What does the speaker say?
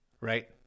Right